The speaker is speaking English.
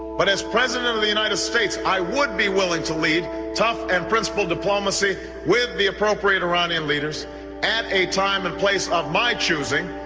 but as president of the united states i would be willing to lead touch and principled diplomacy with the appropriate iranian leaders at a time and place of my choosing,